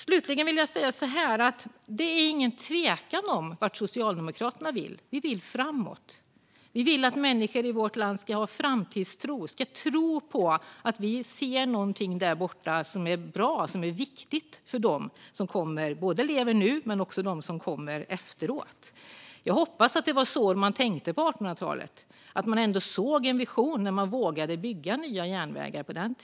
Slutligen vill jag säga att det inte är någon tvekan om vart Socialdemokraterna vill. Vi vill framåt. Vi vill att människor i vårt land ska ha framtidstro och tro på att vi ser någonting där framme som är bra och viktigt för både dem som lever nu och dem som kommer efter. Jag hoppas att det var så man tänkte på 1800-talet, att man hade en vision när man på den tiden vågade bygga nya järnvägar.